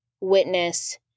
witness